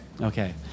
Okay